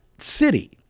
city